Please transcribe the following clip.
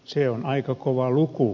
se on aika kova luku